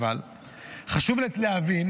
אבל חשוב להבין